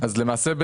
למעשה,